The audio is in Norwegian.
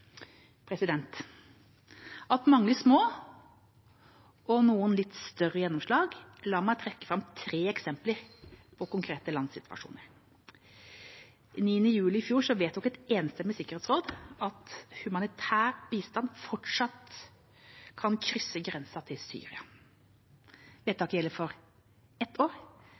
mange små – og noen litt større – gjennomslag, la meg trekke fram tre eksempler på konkrete landsituasjoner: Den 9. juli i fjor vedtok et enstemmig sikkerhetsråd at humanitær bistand fortsatt kan krysse grensen til Syria. Vedtaket gjelder i ett år,